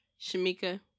Shamika